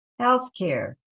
healthcare